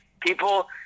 People